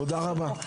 תודה רבה.